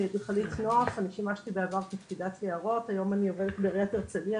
אני עובדת בעיריית הרצליה,